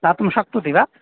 दातुं शक्नोति वा